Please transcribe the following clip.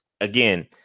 again